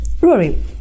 Rory